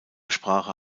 sprache